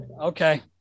Okay